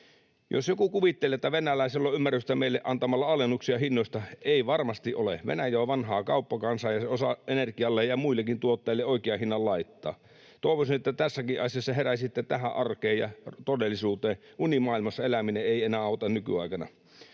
Jos joku kuvittelee, että venäläisillä on ymmärrystä meille antamalla alennuksia hinnoista, ei varmasti ole. Venäjä on vanhaa kauppakansaa, ja se osaa energialle ja muillekin tuotteilleen oikean hinnan laittaa. Toivoisin, että tässäkin asiassa heräisitte tähän arkeen ja todellisuuteen. Unimaailmassa eläminen ei enää auta nykyaikana.